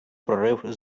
прорив